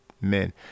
men